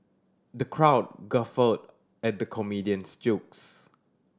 the crowd guffawed at the comedian's jokes